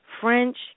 French